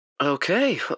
Okay